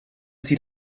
sie